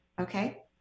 Okay